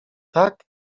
tak